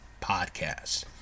podcast